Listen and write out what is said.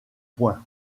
point